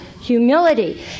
humility